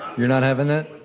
you're not having that?